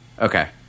Okay